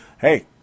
hey